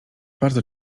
bardzo